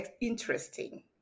interesting